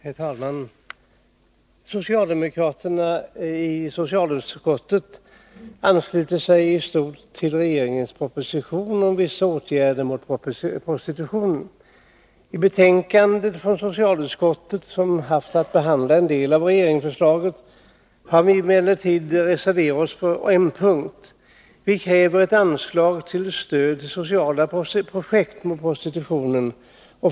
Herr talman! Vi socialdemokrater i socialutskottet ansluter oss i stort till regeringens proposition om vissa åtgärder mot prostitutionen. I betänkandet från socialutskottet, som haft att behandla en del av regeringsförslaget, har vi emellertid reserverat oss på en punkt. Vi kräver ett anslag till stöd till sociala projekt mot prostitutionen.